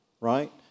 Right